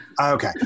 Okay